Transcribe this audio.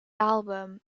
album